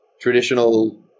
traditional